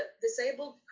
disabled